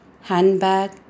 handbag